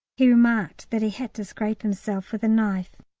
he remarked that he had to scrape himself with a knife.